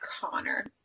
Connor